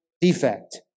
defect